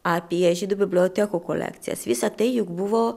apie žydų bibliotekų kolekcijas visa tai juk buvo